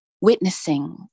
Witnessing